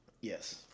Yes